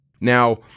Now